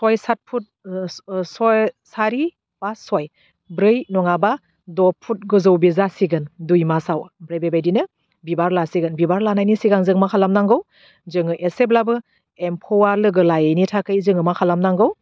सय साथ फुट ओस ओस सय सारि फास सय ब्रै नङाबा द' फुट गोजौ बे जासिगोन दुइ मासाव ओमफ्राय बेबायदिनो बिबार लासिगोन बिबार लानायनि सिगां जों मा खालामनांगौ जोङो एसेब्लाबो एम्फौआ लोगो लायैनि थाखै जोङो मा खालामनांगौ